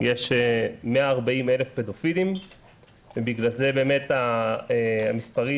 יש 140,000 פדופילים ובגלל זה באמת המספרים